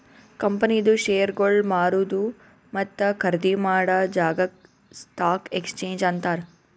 ಕಂಪನಿದು ಶೇರ್ಗೊಳ್ ಮಾರದು ಮತ್ತ ಖರ್ದಿ ಮಾಡಾ ಜಾಗಾಕ್ ಸ್ಟಾಕ್ ಎಕ್ಸ್ಚೇಂಜ್ ಅಂತಾರ್